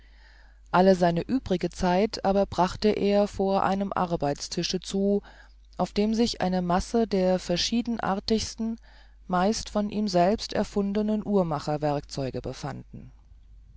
all seine übrige zeit aber brachte er vor einem arbeitstische zu auf dem sich eine masse der verschiedenartigsten meist von ihm selbst erfundenen uhrmacherwerkzeuge befanden